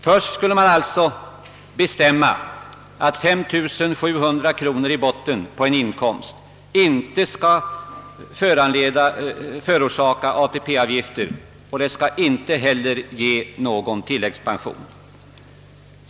Först skall man alltså bestämma att 2700 kronor i botten på en inkomst inte skall förorsaka ATP-avgifter och inte heller ge någon tilläggspension.